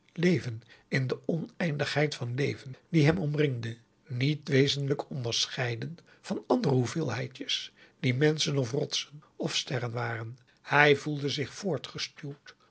leven in de oneindigheid van leven die hem omringde niet wezenlijk onderscheiden van andere hoeveelheidjes die menschen of rotsen of sterren waren hij voelde zich